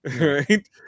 right